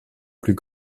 plus